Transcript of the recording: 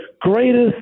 greatest